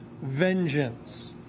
vengeance